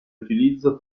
utilizzo